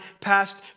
past